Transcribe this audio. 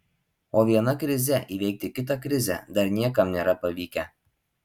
o viena krize įveikti kitą krizę dar niekam nėra pavykę